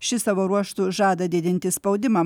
šis savo ruožtu žada didinti spaudimą